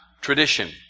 tradition